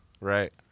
right